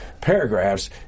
paragraphs